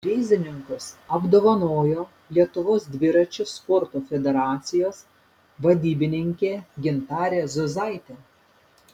prizininkus apdovanojo lietuvos dviračių sporto federacijos vadybininkė gintarė zuozaitė